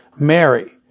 Mary